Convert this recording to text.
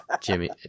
Jimmy